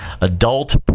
Adult